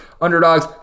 Underdogs